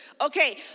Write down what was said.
Okay